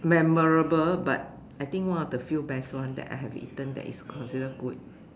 memorable but I think one of the few best one that I have eaten that is considered good